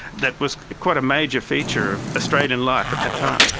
that was quite a major feature of australian life at that time.